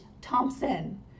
Thompson